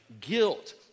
Guilt